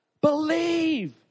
Believe